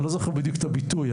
אני לא זוכר בדיוק את הביטוי.